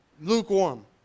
lukewarm